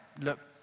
look